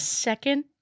Second